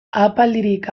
ahapaldirik